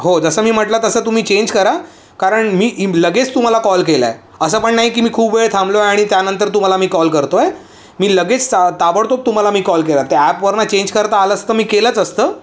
हो जसं मी म्हटलं तसं तुम्ही चेंज करा कारण मी लगेच तुम्हाला कॉल केला आहे असं पण नाही की मी खूप वेळ थांबलो आहे आणि त्यानंतर तुम्हाला मी कॉल करतो आहे मी लगेच ता ताबडतोब तुम्हाला मी कॉल केला त्या ॲपवर ना चेंज करता आलं असतं मी केलंच असतं